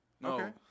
No